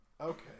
Okay